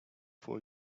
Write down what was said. for